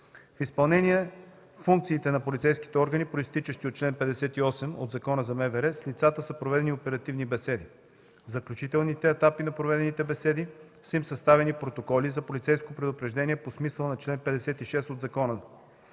В изпълнение функциите на полицейските органи, произтичащи от чл. 58 от Закона за МВР, с лицата са проведени оперативни беседи. В заключителните етапи на проведените беседи са им съставени протоколи за полицейско предупреждение по смисъла на чл. 56 от закона.